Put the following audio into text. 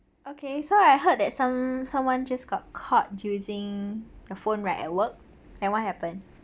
okay so I heard that some someone just got caught using the phone right at work then what happened